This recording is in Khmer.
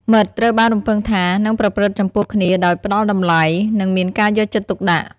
មិត្តត្រូវបានរំពឹងថានឹងប្រព្រឹត្តចំពោះគ្នាដោយផ្ដល់តម្លៃ និងមានការយកចិត្តទុកដាក់។